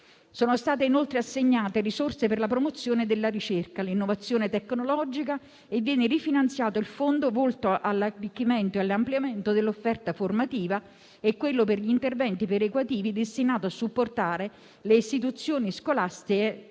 Sono state inoltre assegnate risorse per la promozione della ricerca, l'innovazione tecnologica e viene rifinanziato il fondo volto all'arricchimento e all'ampliamento dell'offerta formativa e quello per gli interventi perequativi destinato a supportare le istituzioni scolastiche